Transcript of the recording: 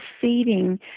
feeding